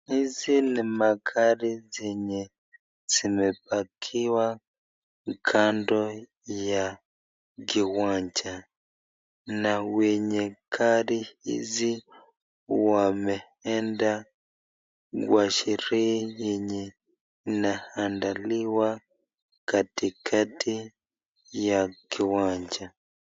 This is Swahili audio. Hizi ni magari zenye zimepakiwa kando ya kiwanja na wenye gari hizi wameenda kwa sherehe yenye inaandaliwa katikati ya kiwanja.